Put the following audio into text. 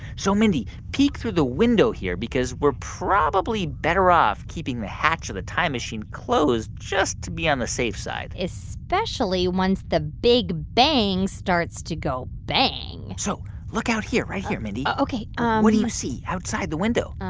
so, mindy, peek through the window here because we're probably better off keeping the hatch of the time machine closed just to be on the safe side especially once the big bang starts to go bang so look out here right here, mindy ok what do you see outside the window?